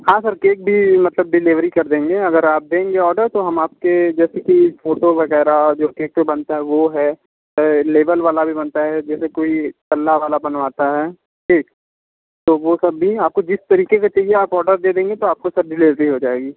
हाँ sir cake भी मतलब डिलीवरी कर देंगे अगर आप देंगे ऑर्डर तो हम आपके जैसे कि फोटो वगैरह जो केक पर बनता है वो है लेवल वाला भी बनता है जैसे कोई तल्ला वाला बनवाता है ठीक तो वह सब भी आपको जिस तरीके से चाहिए आप ऑर्डर दे देंगे तो आपको सर डिलीवरी हो जाएगी